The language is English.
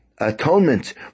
atonement